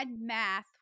math